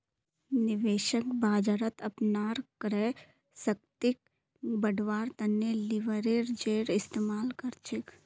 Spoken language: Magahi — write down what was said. निवेशक बाजारत अपनार क्रय शक्तिक बढ़व्वार तने लीवरेजेर इस्तमाल कर छेक